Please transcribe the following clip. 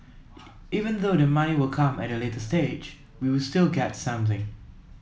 even though the money will come at a later stage we still get something